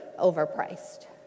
overpriced